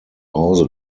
hause